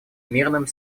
мирными